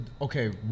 Okay